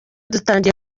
dutangiye